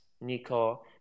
Nico